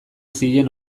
zien